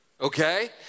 okay